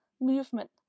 movement